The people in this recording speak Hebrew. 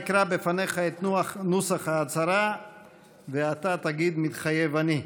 אקרא בפניך את נוסח ההצהרה ואתה תגיד: "מתחייב אני".